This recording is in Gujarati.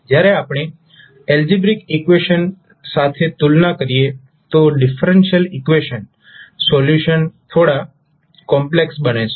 જ્યારે આપણે એલ્જીબ્રીક ઈકવેશન્સ સાથે તુલના કરીએ તો ડિફરન્શિયલ ઈકવેશન સોલ્યુશન થોડા કોમ્પ્લેક્સ બને છે